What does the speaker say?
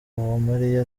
uwamariya